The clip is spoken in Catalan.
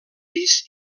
pis